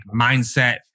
mindset